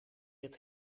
het